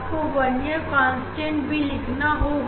आपको vernier constant भी निकालना होगा